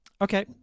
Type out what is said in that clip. Okay